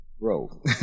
bro